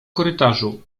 korytarzu